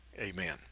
Amen